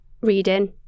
reading